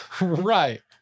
right